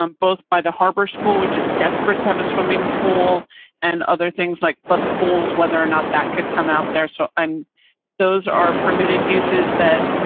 um both by the harbor school, which is desperate to have a swimming pool and other things, like plus pools, whether or not that could come out there. so those are permitted uses that.